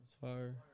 fire